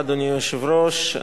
אדוני היושב-ראש,